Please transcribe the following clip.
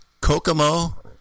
Kokomo